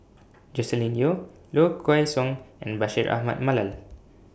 Joscelin Yeo Low Kway Song and Bashir Ahmad Mallal